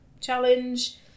challenge